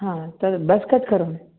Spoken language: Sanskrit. हा तद् बस् कट् करोमि